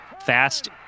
fast